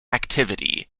activity